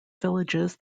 villages